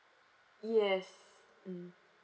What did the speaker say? yes mm